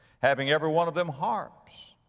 having every one of them harps,